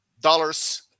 dollars